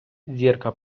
зірка